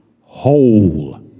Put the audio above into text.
whole